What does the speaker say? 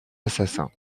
assassins